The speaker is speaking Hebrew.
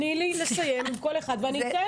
תני